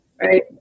Right